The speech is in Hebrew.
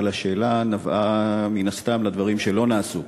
אבל השאלה נבעה מן הסתם מן הדברים שלא נעשו,